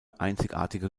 einzigartige